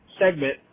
segment